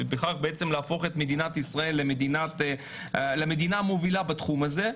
ובכך בעצם להפוך את מדינת ישראל למדינה המובילה בתחום הזה.